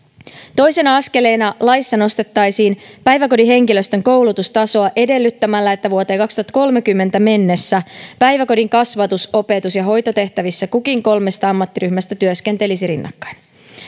toisena askeleena laissa nostettaisiin päiväkodin henkilöstön koulutustasoa edellyttämällä että vuoteen kaksituhattakolmekymmentä mennessä päiväkodin kasvatus opetus ja hoitotehtävissä kukin kolmesta ammattiryhmästä työskentelisi rinnakkain